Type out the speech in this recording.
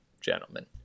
gentlemen